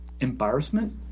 embarrassment